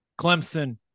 clemson